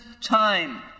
time